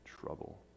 trouble